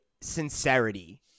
sincerity